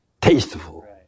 tasteful